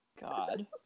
God